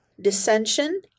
dissension